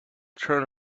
turn